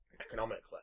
economically